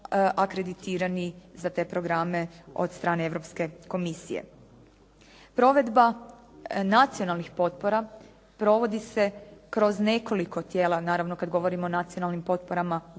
akreditirani za te programe od strane Europske komisije. Provedba nacionalnih potpora provodi se kroz nekoliko tijela naravno kada govorimo o nacionalnim potporama u